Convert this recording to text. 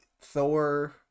Thor